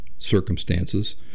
circumstances